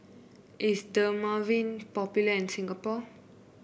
is Dermaveen popular in Singapore